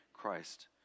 Christ